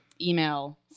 email